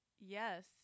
Yes